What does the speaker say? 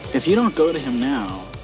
if you don't go to him now,